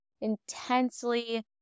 intensely